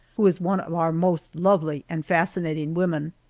who is one of our most lovely and fascinating women.